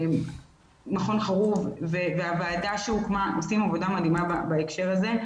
מכון חרוב והוועדה שהוקמה עושים עבודה מדהימה בהקשר הזה,